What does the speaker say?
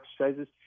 exercises